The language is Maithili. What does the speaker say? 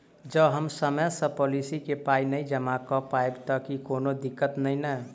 जँ हम समय सअ पोलिसी केँ पाई नै जमा कऽ पायब तऽ की कोनो दिक्कत नै नै?